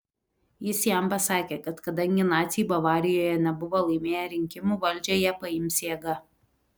jis jam pasakė kad kadangi naciai bavarijoje nebuvo laimėję rinkimų valdžią jie paims jėga